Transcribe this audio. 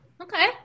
Okay